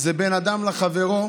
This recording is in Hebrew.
זה בין אדם לחברו,